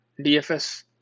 DFS